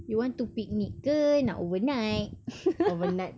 you want to picnic ke nak overnight